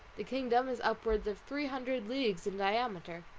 the kingdom is upwards of three hundred leagues in diameter,